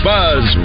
Buzz